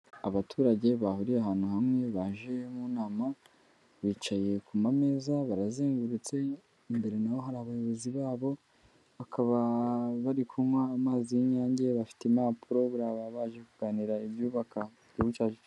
Abaturage bahuriye ahantu hamwe baje mu nama, bicaye ku ma meza barazengurutse, imbere naho hari abayobozi babo bakaba bari kunywa amazi y'inyange, bafite impapuro buriya baba baje kuganira ibyubaka igihugu cyacu.